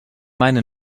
meine